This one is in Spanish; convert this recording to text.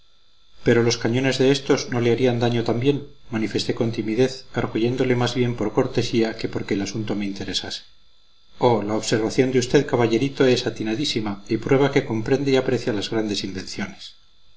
pero los cañones de éstos no le harían daño también manifesté con timidez arguyéndole más bien por cortesía que porque el asunto me interesase oh la observación de usted caballerito es atinadísima y prueba que comprende y aprecia las grandes invenciones